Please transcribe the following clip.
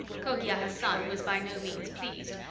cogia hassan was by no means pleased,